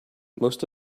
most